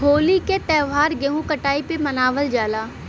होली क त्यौहार गेंहू कटाई पे मनावल जाला